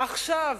עכשיו,